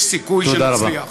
יש סיכוי שנצליח.